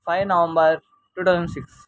five November two thousand six